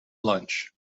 lunch